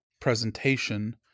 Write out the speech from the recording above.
presentation